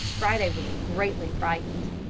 friday was greatly frightened.